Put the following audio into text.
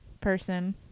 person